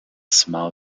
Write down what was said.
small